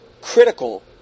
critical